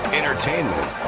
entertainment